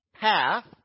path